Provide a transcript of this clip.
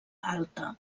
alta